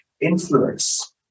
influence